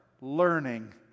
learning